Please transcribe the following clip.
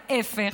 ההפך,